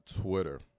Twitter